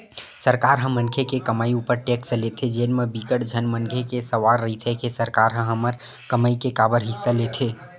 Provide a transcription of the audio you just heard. सरकार ह मनखे के कमई उपर टेक्स लेथे जेन म बिकट झन मनखे के सवाल रहिथे के सरकार ह हमर कमई के काबर हिस्सा लेथे